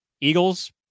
Eagles